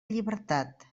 llibertat